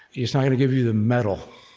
it's not gonna give you the mettle